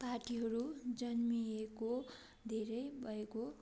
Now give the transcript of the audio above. पार्टीहरू जन्मिएको धेरै भएको